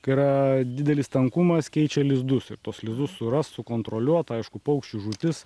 kai yra didelis tankumas keičia lizdus ir tuos lizdus surast sukontroliuot aišku paukščių žūtis